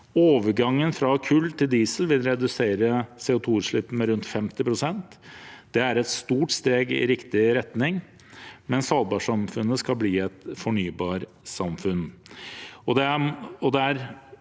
Overgangen fra kull til diesel vil redusere CO2-utslippet med rundt 50 pst. Det er et stort steg i riktig retning, men svalbardsamfunnet skal bli et fornybarsamfunn.